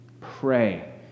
Pray